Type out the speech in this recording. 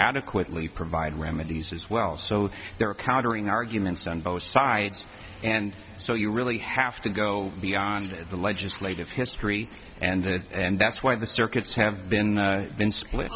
adequately provide remedies as well so there are countering arguments on both sides and so you really have to go beyond the legislative history and that's why the circuits have been been split